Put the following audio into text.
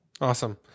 awesome